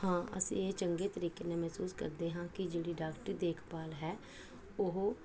ਹਾਂ ਅਸੀਂ ਇਹ ਚੰਗੇ ਤਰੀਕੇ ਨਾਲ ਮਹਿਸੂਸ ਕਰਦੇ ਹਾਂ ਕਿ ਜਿਹੜੀ ਡਾਕਟਰੀ ਦੇਖਭਾਲ ਹੈ ਉਹ